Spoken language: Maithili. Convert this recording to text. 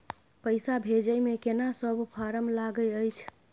पैसा भेजै मे केना सब फारम लागय अएछ?